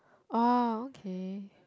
oh okay